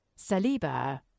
Saliba